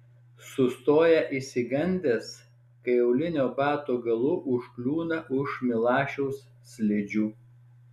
sustoja išsigandęs kai aulinio bato galu užkliūna už milašiaus slidžių